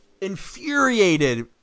infuriated